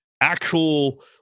actual